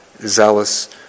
zealous